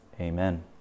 amen